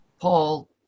Paul